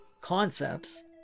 concepts